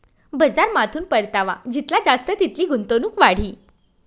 बजारमाथून परतावा जितला जास्त तितली गुंतवणूक वाढी